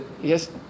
yes